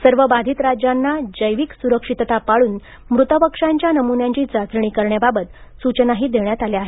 सर्व बाधित राज्यांना जैविक सुरक्षितता पाळून मूत पक्ष्यांच्या नमुन्यांची चाचणी करण्याबाबत सूचनाही देण्यात आल्या आहेत